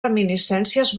reminiscències